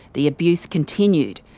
the abuse continued,